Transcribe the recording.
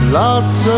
lots